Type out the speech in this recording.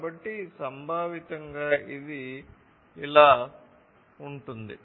కాబట్టి సంభావితంగా ఇది ఇలా ఉంటుంది